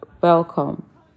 welcome